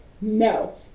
No